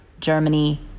Germany